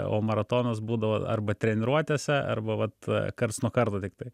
o maratonas būdavo arba treniruotėse arba vat karts nuo karto tiktai